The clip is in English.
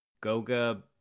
Goga